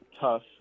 tough